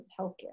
healthcare